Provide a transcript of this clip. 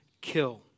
kill